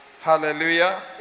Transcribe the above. Hallelujah